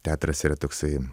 teatras yra toksai